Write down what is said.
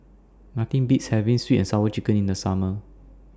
Nothing Beats having Sweet and Sour Chicken in The Summer